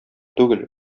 түгел